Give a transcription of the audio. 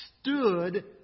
stood